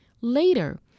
later